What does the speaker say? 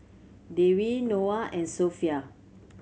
Dewi Noah and Sofea